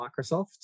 Microsoft